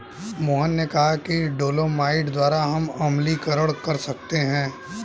मोहन ने कहा कि डोलोमाइट द्वारा हम अम्लीकरण कर सकते हैं